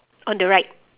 on the right